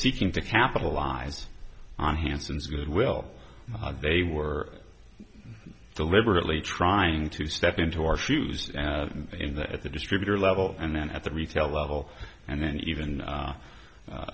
seeking to capitalize on hanson's will they were deliberately trying to step into our shoes in the at the distributor level and then at the retail level and then even